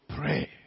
pray